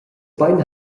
bein